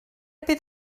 bydd